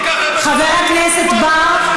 חבר הכנסת בר,